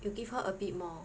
you give her a bit more